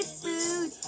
food